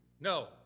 No